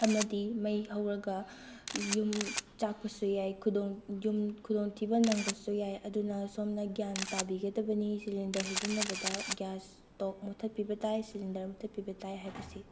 ꯑꯃꯗꯤ ꯃꯩ ꯍꯧꯔꯒ ꯌꯨꯝ ꯆꯥꯛꯄꯁꯨ ꯌꯥꯏ ꯈꯨꯗꯣꯡ ꯌꯨꯝ ꯈꯨꯗꯣꯡꯊꯤꯕ ꯅꯪꯕꯁꯨ ꯌꯥꯏ ꯑꯗꯨꯅ ꯁꯣꯝꯅ ꯒ꯭ꯌꯥꯟ ꯇꯥꯕꯤꯒꯗꯕꯅꯤ ꯁꯤꯂꯤꯟꯗꯔ ꯁꯤꯖꯤꯟꯅꯕꯗ ꯒ꯭ꯌꯥꯁ ꯁ꯭ꯇꯣꯞ ꯃꯨꯊꯠꯄꯤꯕ ꯇꯥꯏ ꯁꯤꯂꯤꯟꯗꯔ ꯃꯨꯊꯠꯄꯤꯕ ꯇꯥꯏ ꯍꯥꯏꯕꯁꯤ